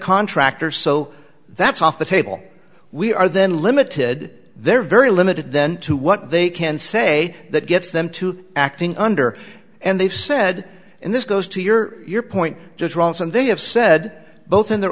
contractor so that's off the table we are then limited they're very limited then to what they can say that gets them to acting under and they've said and this goes to your point just wrong and they have said both in their